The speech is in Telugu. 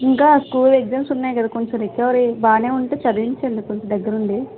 ఇంకా స్కూల్ ఎగ్జామ్స్ ఉన్నాయి కదా కొంచెం రికవరీ బాగానే ఉంటే చదివించండి కొంచెం దగ్గర ఉండి